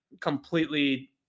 completely